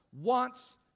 wants